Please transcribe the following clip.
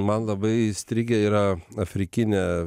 man labai įstrigę yra afrikinė